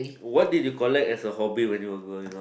what did you collect as a hobby when you were growing up